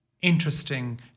interesting